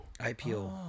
IPO